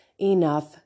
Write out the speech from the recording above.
enough